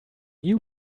new